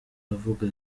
uvuga